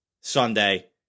Sunday